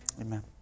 Amen